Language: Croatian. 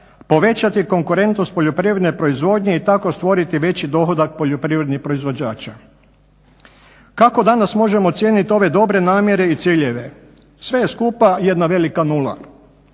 povećati konkurentnost poljoprivredne proizvodnje i tako stvoriti veći dohodak poljoprivrednih proizvođača. Kako danas možemo cijenit ove dobre namjere i ciljeve. Sve je skupa jedna velika nula.